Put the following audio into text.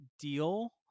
deal